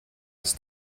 ist